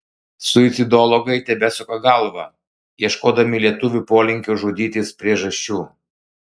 suicidologai tebesuka galvą ieškodami lietuvių polinkio žudytis priežasčių